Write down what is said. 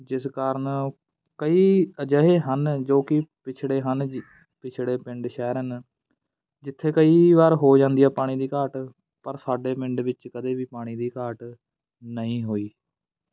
ਜਿਸ ਕਾਰਨ ਕਈ ਅਜਿਹੇ ਹਨ ਜੋ ਕਿ ਪਿਛੜੇ ਹਨ ਜੀ ਪਿਛੜੇ ਪਿੰਡ ਸ਼ਹਿਰਨ ਜਿੱਥੇ ਕਈ ਵਾਰ ਹੋ ਜਾਂਦੀ ਆ ਪਾਣੀ ਦੀ ਘਾਟ ਪਰ ਸਾਡੇ ਪਿੰਡ ਵਿੱਚ ਕਦੇ ਵੀ ਪਾਣੀ ਦੀ ਘਾਟ ਨਹੀਂ ਹੋਈ